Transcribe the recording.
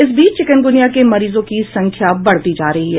इस बीच चिकनगूनिया के मरीजों की संख्या बढ़ती जा रही है